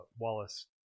Wallace